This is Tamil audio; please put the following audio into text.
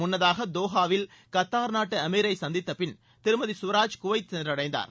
முன்னதாக தோகாவில் கத்தார் நாட்டு எமீரை சந்தித்தப்பின் திருமதி சுவராஜ் குவைத் சென்றடைந்தார்